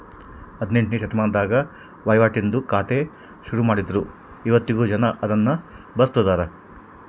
ಹದಿನೆಂಟ್ನೆ ಶತಮಾನದಾಗ ವಹಿವಾಟಿಂದು ಖಾತೆ ಶುರುಮಾಡಿದ್ರು ಇವತ್ತಿಗೂ ಜನ ಅದುನ್ನ ಬಳುಸ್ತದರ